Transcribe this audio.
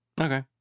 Okay